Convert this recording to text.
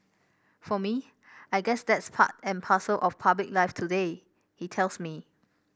for me I guess that's part and parcel of public life today he tells me